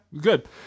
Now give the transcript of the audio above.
good